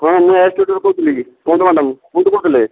ହଁ ମୁଁ ଏସ୍ ଷ୍ଟୁଡ଼ିଓରୁ କହୁଥିଲି କୁହନ୍ତୁ ମ୍ୟାଡ଼ାମ୍ କୋଉଠୁ କହୁଥିଲେ